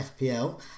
FPL